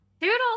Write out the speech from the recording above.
Toodles